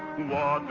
la